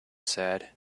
said